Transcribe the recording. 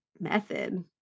method